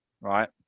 right